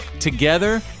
together